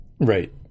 right